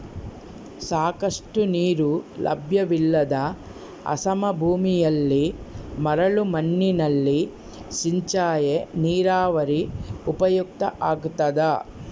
ಸಾಕಷ್ಟು ನೀರು ಲಭ್ಯವಿಲ್ಲದ ಅಸಮ ಭೂಮಿಯಲ್ಲಿ ಮರಳು ಮಣ್ಣಿನಲ್ಲಿ ಸಿಂಚಾಯಿ ನೀರಾವರಿ ಉಪಯುಕ್ತ ಆಗ್ತದ